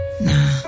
Nah